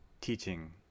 teaching